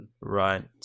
Right